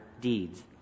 deeds